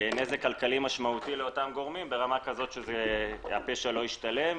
נזק כלכלי משמעותי לאותם גורמים ברמה כזו שהפשע לא ישתלם.